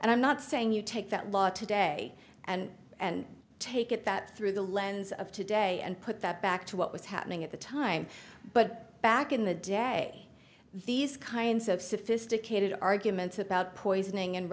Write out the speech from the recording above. and i'm not saying you take that law today and and take it that through the lens of today and put that back to what was happening at the time but back in the day these kinds of sophisticated arguments about poisoning and